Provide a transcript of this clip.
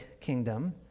kingdom